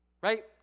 Right